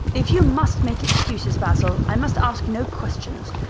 if you must make excuses, basil, i must ask no questions.